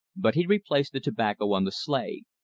but he replaced the tobacco on the sleigh.